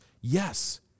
yes